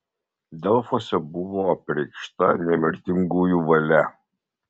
delfuose buvo apreikšta nemirtingųjų valia